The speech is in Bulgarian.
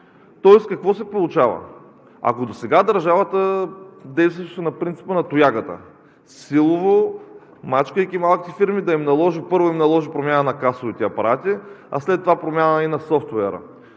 Тоест какво се получава? Ако досега държавата действаше на принципа на тоягата – силово, мачкайки малките фирми, първо им наложи промяна на касовите апарати, а след това промяна и на софтуера,